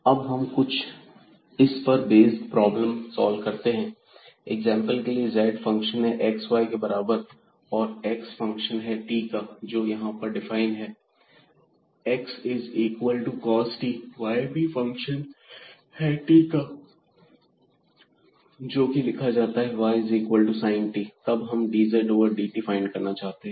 अब हम इस पर बेस्ड कुछ प्रॉब्लम सॉल्व करते हैं एग्जांपल के लिए z फंक्शन है xy के बराबर और x फंक्शन है t का जो यहां पर डिफाइन है x is equal to cos t और y भी फंक्शन है t का जो कि लिखा जाता है y is equal to sin t तब हम dz ओवर dt फाइंड करना चाहते हैं